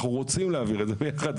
אנחנו רוצים להעביר את זה ביחד.